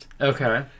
Okay